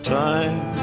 time